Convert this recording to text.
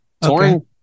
Touring